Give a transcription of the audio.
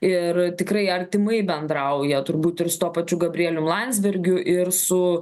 ir tikrai artimai bendrauja turbūt ir tuo pačiu gabrieliumi landsbergiu ir su